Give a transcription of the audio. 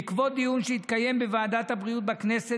בעקבות דיון שהתקיים בוועדת הבריאות בכנסת